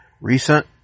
recent